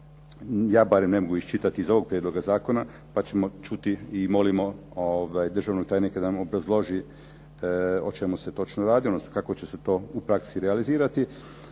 ja barem ne mogu iščitati iz ovog prijedloga zakona pa ćemo čuti i molimo državnog tajnika da nam obrazloži o čemu se točno radi odnosno kako će se to u praksi realizirati.